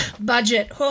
Budget